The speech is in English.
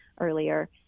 earlier